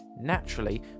naturally